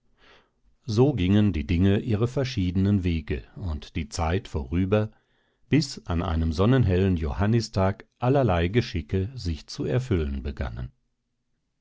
so gingen die dinge ihre verschiedenen wege und die zeit vorüber bis an einem sonnenhellen johannistag allerlei geschicke sich zu erfüllen begannen